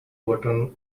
button